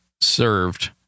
served